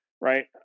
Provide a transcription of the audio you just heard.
Right